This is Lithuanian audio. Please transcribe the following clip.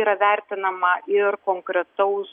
visą laiką yra vertinama ir konkretaus